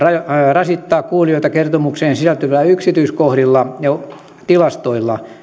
rasittaa kuulijoita kertomukseen sisältyvillä yksityiskohdilla ja tilastoilla